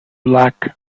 lack